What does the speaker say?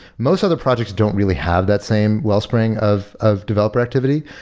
most other projects don't really have that same wellspring of of developer activity,